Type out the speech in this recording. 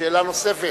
שאלה נוספת.